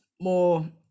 more